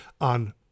on